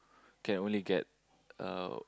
can only get uh